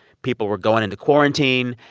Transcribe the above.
people were going into quarantine.